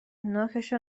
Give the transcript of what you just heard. نوکش